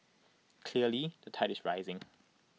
clearly the tide is rising